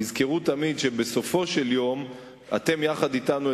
תזכרו תמיד שבסופו של יום אתם יחד אתנו,